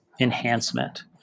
enhancement